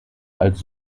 als